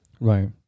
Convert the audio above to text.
right